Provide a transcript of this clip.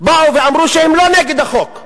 באו ואמרו שהם לא נגד החוק.